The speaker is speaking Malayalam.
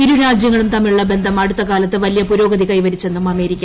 ഇരുരാജ്യങ്ങളും തമ്മിലുള്ള് ബന്ധം അടുത്തകാലത്ത് വലിയ പുരോഗതി കൈവരിച്ചെന്നും അമേരിക്ക